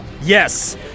Yes